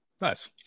Nice